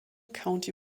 county